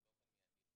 ובאופן מיידי.